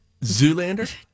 Zoolander